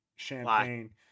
champagne